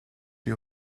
die